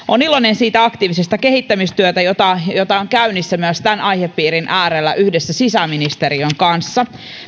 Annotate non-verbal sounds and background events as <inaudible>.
<unintelligible> olen iloinen siitä aktiivisesta kehittämistyöstä joka on käynnissä myös tämän aihepiirin äärellä yhdessä sisäministeriön kanssa